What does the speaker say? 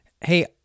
Hey